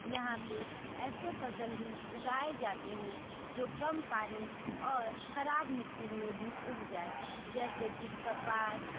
यहाँ पर ऐसे फ़सल ही उगाए जाते हैं जो कम पानी और खराब मिट्टी में भी उग जाएँ जैसे कि कपास